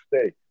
stay